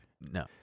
No